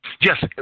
Yes